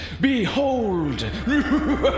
behold